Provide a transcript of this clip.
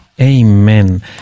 Amen